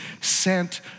sent